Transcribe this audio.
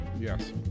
Yes